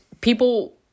People